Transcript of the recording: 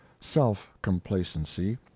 self-complacency